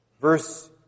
Verse